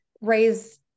raise